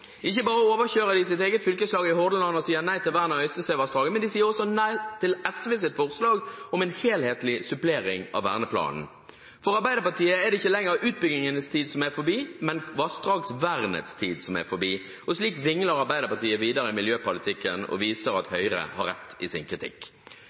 ikke være forbi, slik han sa det på Statnetts høstkonferanse i 2014. I handling viser Arbeiderpartiet at de har kastet sin gamle leders løfte på båten og i stedet støtter Tord Liens mantra. Ikke bare overkjører de sitt eget fylkeslag i Hordaland og sier nei til vern av Øystesevassdraget, men de sier også nei til SVs forslag om en helhetlig supplering av verneplanen. For Arbeiderpartiet er det ikke